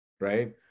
right